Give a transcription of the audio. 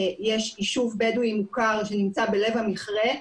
יש ישוב בדואי מוכר שנמצא בלב המכרה,